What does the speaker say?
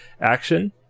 action